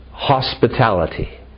Hospitality